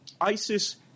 ISIS